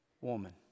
woman